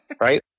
Right